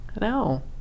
No